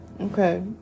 Okay